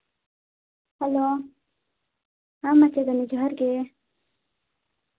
hello ᱦᱮᱸ ᱢᱟᱪᱮᱛᱟᱹᱱᱤ ᱡᱚᱦᱟᱨ ᱜᱮ